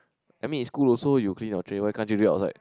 I mean in school also you clean your tray why can't you do it outside